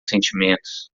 sentimentos